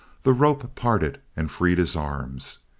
the rope parted and freed his arms.